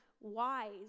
wise